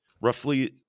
roughly